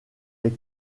est